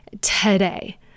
today